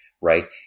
right